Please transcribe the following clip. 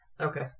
Okay